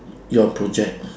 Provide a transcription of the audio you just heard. your project